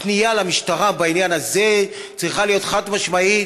הפנייה למשטרה בעניין הזה צריכה להיות: חד-משמעית,